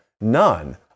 None